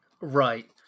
right